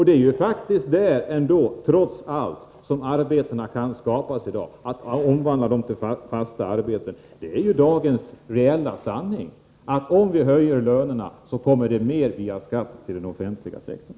Det är faktiskt där som arbetstillfällen trots allt kan skapas i dag genom att mera tillfälliga uppdrag omvandlas till fasta tjänster. Dagens reella sanning är att om vi höjer lönerna kommer det mer pengar via skatt till den offentliga sektorn.